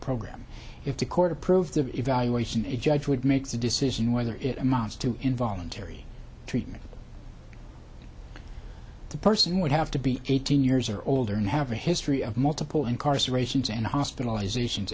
program if the court approved of evaluation a judge would make the decision whether it amounts to involuntary treatment the person would have to be eighteen years or older and have a history of multiple incarcerations and hospitalization